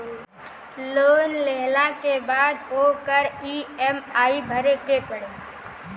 loan लेहला के बाद ओकर इ.एम.आई भरे के पड़ेला